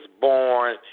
born